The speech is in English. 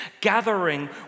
gathering